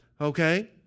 okay